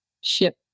ship